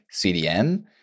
CDM